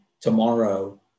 tomorrow